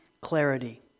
clarity